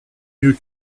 mieux